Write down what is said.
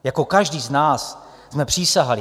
Jako každý z nás jsme přísahali.